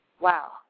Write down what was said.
wow